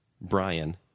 Brian